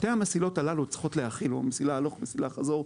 שתי המסילות הללו המסילה הלוך והמסילה חזור,